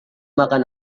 makan